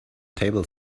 table